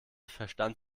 verstand